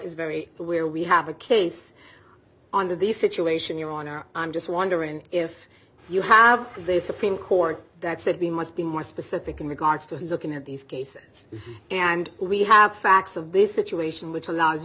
is very where we have a case on the the situation you're on air i'm just wondering if you have this supreme court that said we must be more specific in regards to looking at these cases and we have facts of this situation which allows